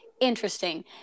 interesting